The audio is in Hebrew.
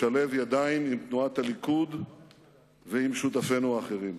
לשלב ידיים עם תנועת הליכוד ועם שותפינו האחרים.